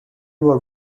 world